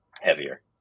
heavier